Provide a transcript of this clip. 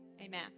amen